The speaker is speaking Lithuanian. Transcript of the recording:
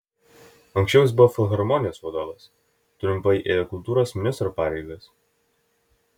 anksčiau jis buvo filharmonijos vadovas trumpai ėjo kultūros ministro pareigas